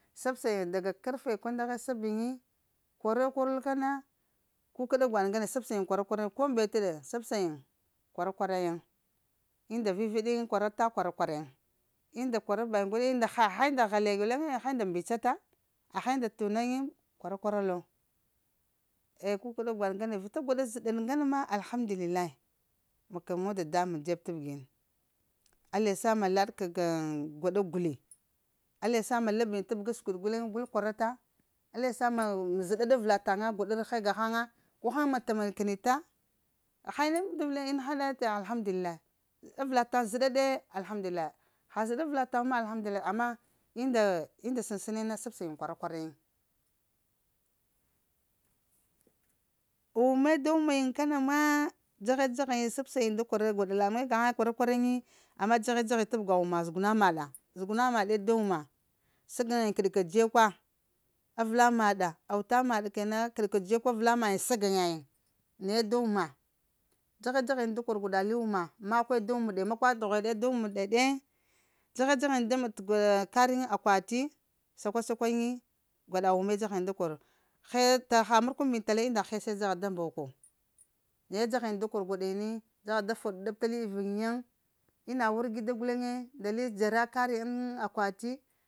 Sabsəyiŋi da ga karfe kwandagh sab yiŋi korəl-kwaral kana kukəɗa gwaɗ ŋgane sabsayin kwara-kwara yiŋ ko mbete ɗe, sabsa yiŋ kwara-kwara yiŋ ko mbete ɗe, sabsa yiŋ kwara-kwara yiŋ unda viɗ-viɗ yiŋ kwaata kwara-kwara yiŋ, unda kwara baya unda ghaɗ haha unda halaya guleŋe ha unda mbica ta? Gha unda tuna yiŋ kwara-kwaral aya kukəɗa gwaɗ ŋgane vita unda zəɗaɗ ŋgana ma alhamdulillahi ma kəla mbab dadamuŋ dzeb tabgini, allah yasa ma laɗ k'gwaɗa guli, allah yasa ma lab yiŋ tab ga siɗ guleŋ gul kwarata allah yasa ma zeɗe avəla taŋa gwaɗa arhe gaghaŋa, guhaŋ tamkəni ta,? Ha unda avəlayiŋ ni ta haŋ həɗe ka alhamdulillahi avəla taŋ zeɗe ka alhamdulillahi ha zeɗa avəla taŋu ma alhamdulillahi ama unda səsəna yiŋ na sabsayiŋ kwara-kwara yiŋ, wume da wuma yiŋ ka na ma, dzahe-dzayiŋ sabsayiŋ da kwara gwada lamuŋ ne ga kwara-kwara yiŋ amma dzahe-dzah yiŋ tabga wuma zuguna maɗa, zuguna maɗe da wuma, sagaŋayin kəɗ-kadze kwa avəla maɗa auta maɗ kəna kəɗ kaze kwa avəla mayin saga ŋa yiun, naye da wuma dza he-dzaha yiŋ da kor gwaɗa meɗ t'kari ŋ akwati, sakwa-sakwa yiŋi gwaɗa wume dzagha yiŋ da kora heta haha murkwun mbin tala unda hese dzaghaɗ da mboko, naye djagha yiŋ da kor gwaɗi ni dzagha da faɗa ɗab ta li ivuyn yin ina wargida guleŋe nda li zera kari ŋ akwati